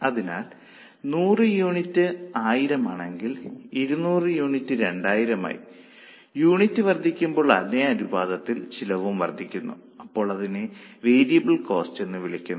അതിനാൽ 100 യൂണിറ്റിന് 1000 ആണെങ്കിൽ 200 യൂണിറ്റിന് 2000 ആയി യൂണിറ്റുകൾ Unit's വർദ്ധിക്കുമ്പോൾ അതേ അനുപാതത്തിൽ ചെലവും വർദ്ധിക്കുന്നു അപ്പോൾ അതിനെ വേരിയബിൾ കോസ്റ്റെന്ന് വിളിക്കുന്നു